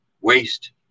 waste